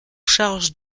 charge